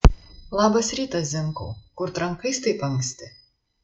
labas rytas zinkau kur trankais taip anksti